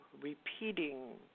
repeating